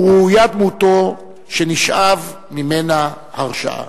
וראויה דמותו שנשאב ממנה השראה.